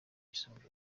yisumbuye